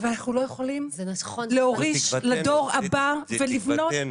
אבל אנחנו לא יכולים להוריש לדור הבא ולבנות,